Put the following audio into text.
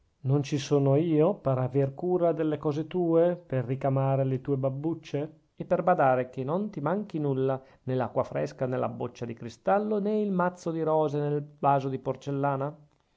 non ci sono io per aver cura delle cose tue per ricamare le tue babbucce e per badare che non ti manchi nulla nè l'acqua fresca nella boccia di cristallo nè il mazzo di rose nel vaso di porcellana